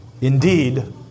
indeed